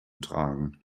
tragen